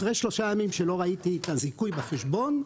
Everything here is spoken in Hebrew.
אחרי שלושה ימים שלא ראיתי את הזיכוי בחשבון,